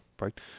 right